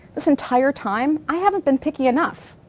this entire time, i haven't been picky enough.